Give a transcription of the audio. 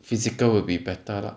physical will be better lah